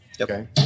Okay